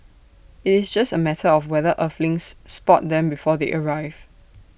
IT is just A matter of whether Earthlings spot them before they arrive